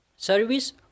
service